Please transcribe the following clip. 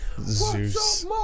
Zeus